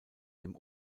dem